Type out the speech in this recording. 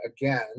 again